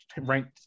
ranked